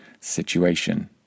situation